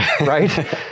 right